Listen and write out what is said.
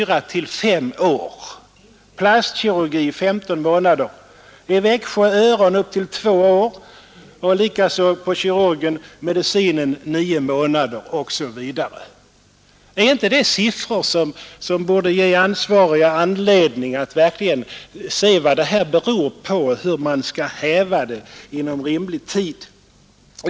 Väntetiden till avdelningen för plastikkirurgi är 15 månader. I Växjö är väntetiden på öronavdelningen upp till 2 år och till kirurgi och medicin 9 månader. Osv. Är inte det siffror som borde ge de ansvariga anledning att verkligen se efter vad det här beror på, och hur man skall reparera läget inom rimlig tid?